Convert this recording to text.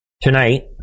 tonight